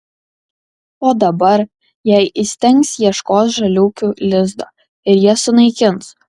o dabar jei įstengs ieškos žaliūkių lizdo ir jas sunaikins